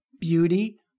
beauty